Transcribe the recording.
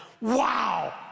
wow